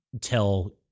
tell